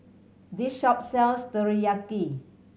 this shop sells Teriyaki